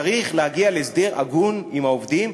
צריך להגיע להסדר הגון עם העובדים,